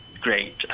great